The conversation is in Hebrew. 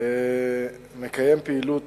מקיימים פעילות